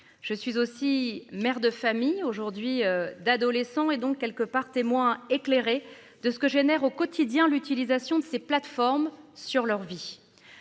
Je suis aussi mère de famille aujourd'hui d'adolescents et donc quelque part témoin éclairé de ce que génère au quotidien l'utilisation de ces plateformes sur leur vie.